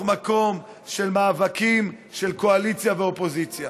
מקום של מאבקים של קואליציה ואופוזיציה.